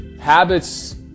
habits